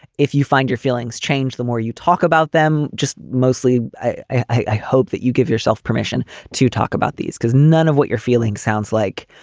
if you find your feelings change, the more you talk about them, just mostly. i hope that you give yourself permission to talk about these because none of what you're feeling sounds like.